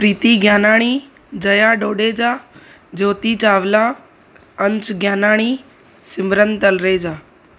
Preeti Gyanani Jaya Dodeja Jyoti Chawla Ansh Gyanani Simran Talreja